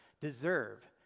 deserve